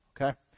okay